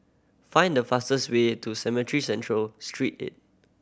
find the fastest way to Cemetry Central Street Eight